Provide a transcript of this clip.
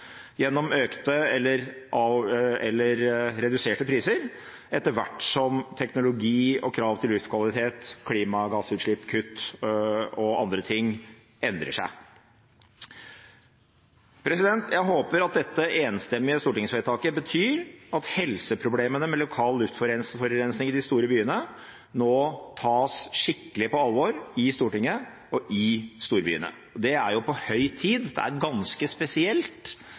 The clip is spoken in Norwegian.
gjennom økte eller reduserte priser etter hvert som teknologi og krav til luftkvalitet, klimagassutslippskutt og andre ting endrer seg. Jeg håper at dette enstemmige stortingsvedtaket betyr at helseproblemene med lokal luftforurensning i de store byene nå tas skikkelig på alvor i Stortinget og i storbyene. Det er på høy tid. Det er ganske spesielt